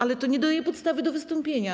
Ale to nie daje podstawy do wystąpienia.